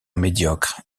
médiocre